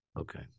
okay